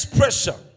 pressure